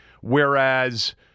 Whereas